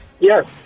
Yes